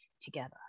together